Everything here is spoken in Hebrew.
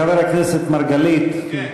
חבר הכנסת מרגלית, כן.